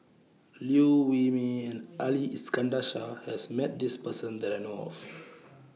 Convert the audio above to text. Liew Wee Mee and Ali Iskandar Shah has Met This Person that I know of